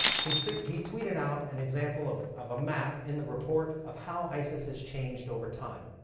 he tweeted he tweeted out an example of of a map in the report of how isis has changed over time.